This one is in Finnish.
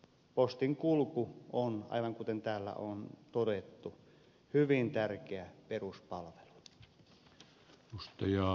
postin kulku on aivan kuten täällä on todettu hyvin tärkeä peruspalvelu